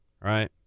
right